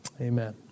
Amen